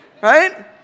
right